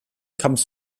comes